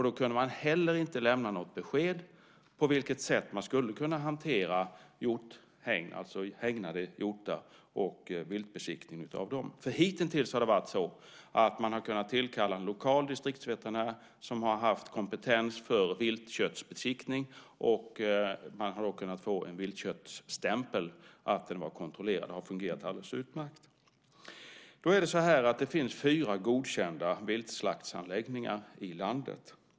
Då kunde man inte heller lämna besked på vilket sätt man skulle kunna hantera hjorthägn, hägnade hjortar, och viltbesiktning av dem. Hittills har man kunnat tillkalla en lokal distriktsveterinär som har haft kompetens för viltköttsbesiktning, och man har då fått en viltköttsstämpel som visar att köttet är kontrollerat. Det har fungerat alldeles utmärkt. Det finns fyra godkända viltslaktsanläggningar i landet.